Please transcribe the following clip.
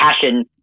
passion